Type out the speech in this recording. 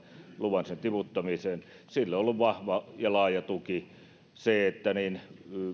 luvan rajan tiputtamiseen sille on ollut vahva ja laaja tuki siihen